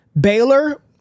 Baylor